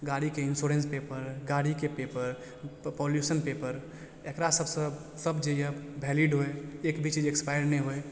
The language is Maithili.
गाड़ीके इंश्योरेंस पेपर गाड़ीके पेपर पोल्यूशन पेपर एकरा सभसँ सभ जे यऽ वेलिड होइ एक भी चीज एक्सपायर नइ होइ